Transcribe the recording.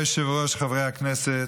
אדוני היושב-ראש, חברי הכנסת,